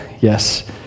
Yes